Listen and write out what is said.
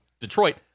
Detroit